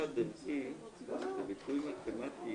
ברגע שהוכרזה התייעצות סיעתית זה הזמן להתייעצות